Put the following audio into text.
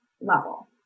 level